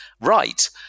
Right